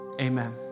Amen